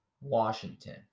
Washington